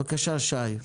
בבקשה, שי,